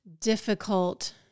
difficult